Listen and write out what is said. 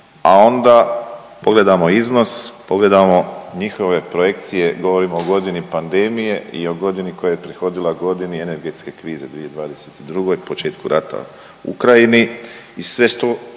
a onda pogledamo iznos, pogledamo njihove projekcije, govorimo o godini pandemije i o godini koja je prethodila godini energetske krize 2022., početku rata u Ukrajini i sve što